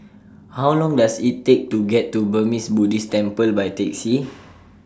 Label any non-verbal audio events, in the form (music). How Long Does IT Take to get to Burmese Buddhist Temple By Taxi (noise)